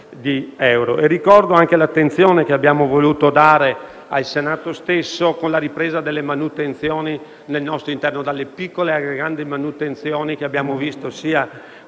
Ricordo anche l'attenzione che abbiamo voluto dare al Senato stesso, con la ripresa delle manutenzioni al nostro interno: dalle piccole alle grandi manutenzioni che abbiamo visto, sia